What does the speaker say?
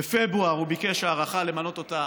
בפברואר הוא ביקש הארכה למנות אותה